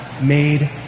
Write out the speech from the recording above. made